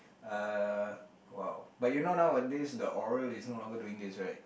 uh !wow! but you know nowadays the Oral is no longer doing this right